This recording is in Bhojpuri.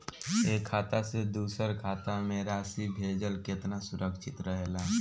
एक खाता से दूसर खाता में राशि भेजल केतना सुरक्षित रहेला?